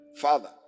Father